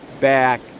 back